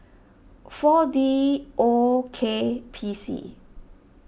four D O K P C